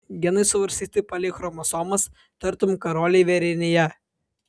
genai suvarstyti palei chromosomas tartum karoliai vėrinyje